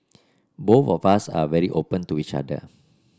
both of us are very open to each other